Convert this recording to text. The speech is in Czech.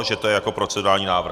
Že to je jako procedurální návrh.